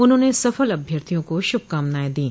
उन्होंने सफल अभ्यर्थियों को शुभकामनाएं दीं